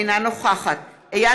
אינה נוכחת מירב בן ארי,